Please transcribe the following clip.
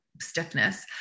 stiffness